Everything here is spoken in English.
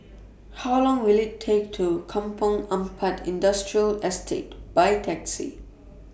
How Long Will IT Take to Kampong Ampat Industrial Estate By Taxi